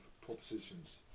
propositions